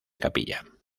capilla